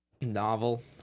novel